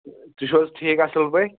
تُہۍ چھِو حظ ٹھیٖک اَصٕل پٲٹھۍ